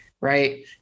right